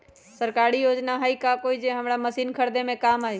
सरकारी योजना हई का कोइ जे से हमरा मशीन खरीदे में काम आई?